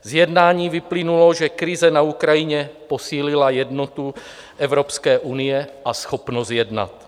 Z jednání vyplynulo, že krize na Ukrajině posílila jednotu Evropské unie a schopnost jednat.